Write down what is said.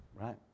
right